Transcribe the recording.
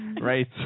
Right